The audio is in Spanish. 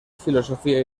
filosofía